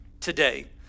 today